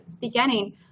beginning